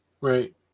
right